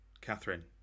Catherine